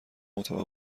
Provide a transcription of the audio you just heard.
مطابق